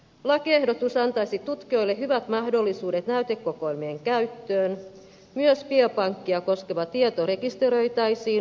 lakiehdotus antaisi tutkijoille hyvät mahdollisuudet näytekokoelmien käyttöön myös biopankkeja koskeva tieto rekisteröitäisiin julkiseen rekisteriin